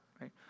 right